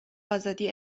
ازادی